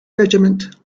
regiment